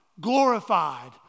glorified